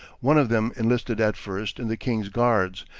one of them enlisted at first in the king's guards,